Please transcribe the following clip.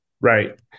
Right